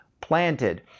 planted